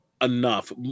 enough